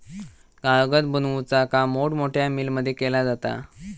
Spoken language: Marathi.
कागद बनवुचा काम मोठमोठ्या मिलमध्ये केला जाता